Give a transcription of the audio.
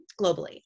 globally